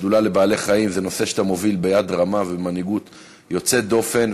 השדולה לבעלי-חיים זה תחום שאתה מוביל ביד רמה ובמנהיגות יוצאת דופן,